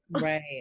Right